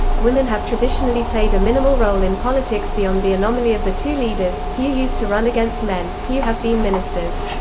women have traditionally played a minimal role in politics beyond the anomaly of the two leaders few used to run against men few have been ministers.